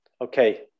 okay